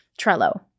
Trello